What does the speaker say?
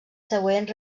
següent